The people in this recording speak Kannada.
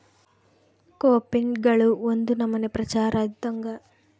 ಕೋಪಿನ್ಗಳು ಒಂದು ನಮನೆ ಪ್ರಚಾರ ಇದ್ದಂಗ